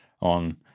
on